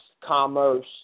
commerce